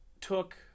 took